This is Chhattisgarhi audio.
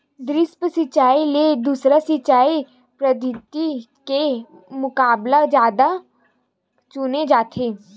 द्रप्स सिंचाई ला दूसर सिंचाई पद्धिति के मुकाबला जादा चुने जाथे